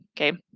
Okay